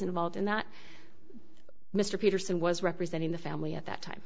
involved in that mr peterson was representing the family at that time